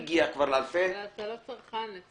אתה לא צרכן.